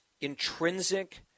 intrinsic